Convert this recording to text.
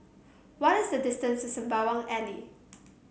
what is the distance to Sembawang Alley